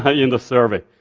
ah in the survey.